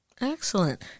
Excellent